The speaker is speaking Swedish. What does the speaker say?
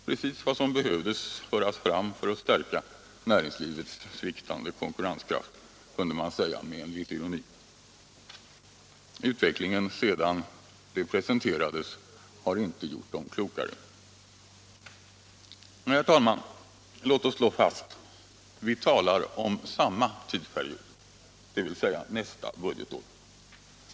Precis vad som behövde föras fram för att stärka näringslivets sviktande konkurrenskraft, kunde man säga med litet ironi. Utvecklingen sedan förslagen presenterades har inte gjort dem klokare. Nej, herr talman, låt oss slå fast: Vi talar om samma tidsperiod, dvs. nästa budgetår.